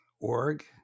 Org